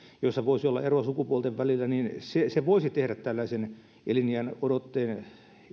joissa voisi olla eroa sukupuolten välillä niin se se voisi tehdä tällaisen eliniänodotteen